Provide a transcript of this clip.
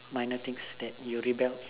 minor things that you will rebel